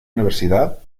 universidad